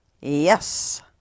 Yes